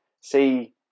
see